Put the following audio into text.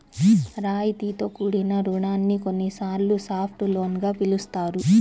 రాయితీతో కూడిన రుణాన్ని కొన్నిసార్లు సాఫ్ట్ లోన్ గా పిలుస్తారు